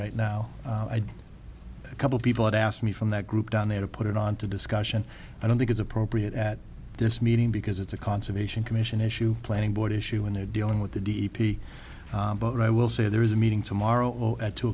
right now a couple people have asked me from that group down there to put it on to discussion i don't think it's appropriate at this meeting because it's a conservation commission issue planning board issue when they're dealing with the d p but i will say there is a meeting tomorrow at two